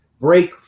break